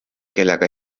kellega